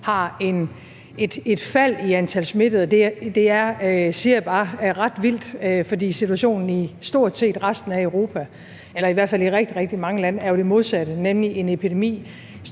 har et fald i antal smittede, og det er, siger jeg bare, ret vildt, fordi situationen i stort set resten af Europa eller i hvert fald i rigtig, rigtig mange lande jo er det modsatte, nemlig en epidemi,